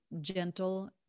gentle